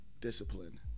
discipline